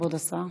כבוד השר.